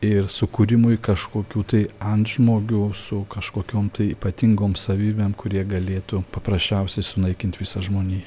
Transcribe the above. ir sukūrimui kažkokių tai antžmogių su kažkokiom tai ypatingom savybėm kurie galėtų paprasčiausiai sunaikint visą žmoniją